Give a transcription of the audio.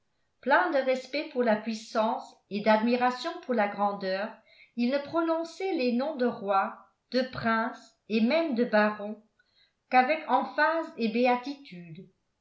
plein de respect pour la puissance et d'admiration pour la grandeur il ne prononçait les noms de roi de prince et même de baron qu'avec emphase et béatitude